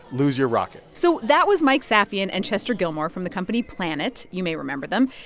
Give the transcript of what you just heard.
lose your rocket so that was mike safyan and chester gillmore from the company planet. you may remember them.